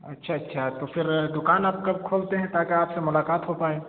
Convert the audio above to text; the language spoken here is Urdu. اچھا اچھا تو پھر دکان آپ کب کھولتے ہیں تاکہ آپ سے ملاقات ہو پائے